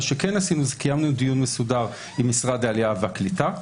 מה שעשינו זה קיימנו דיון מסודר עם משרד העלייה והקליטה,